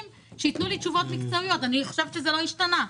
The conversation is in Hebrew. שייתנו לי תשובות מקצועיות." אני חושבת שזה לא השתנה.